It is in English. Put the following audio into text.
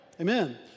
Amen